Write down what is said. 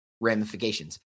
ramifications